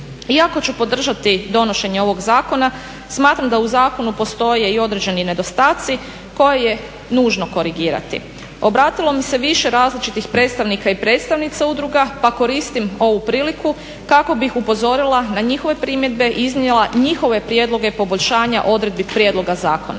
Iako ću podržati donošenje ovog zakona smatram da u zakonu postoje i određeni nedostaci koje je nužno korigirati. Obratilo mi se više različitih predstavnika i predstavnica udruga pa koristim ovu priliku kako bih upozorila na njihove primjedbe i iznijela njihove prijedloge poboljšanja odredbi prijedloga zakona.